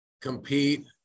compete